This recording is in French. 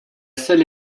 seule